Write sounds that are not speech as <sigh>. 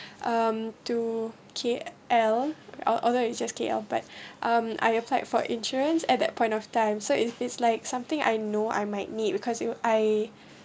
um to K_L al~ although it's just K_L but <breath> um I applied for insurance at that point of time so it's based like something I know I might need because you I